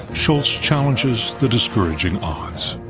shultz challenges the discouraging odds.